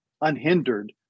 unhindered